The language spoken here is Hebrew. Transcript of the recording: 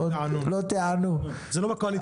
זה לא בקואליציה.